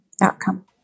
outcome